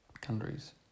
countries